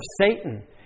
Satan